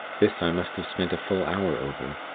this, i must have spent a full hour over,